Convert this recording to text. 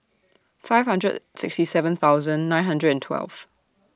five hundred sixty seven thousand nine hundred and twelve